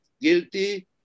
guilty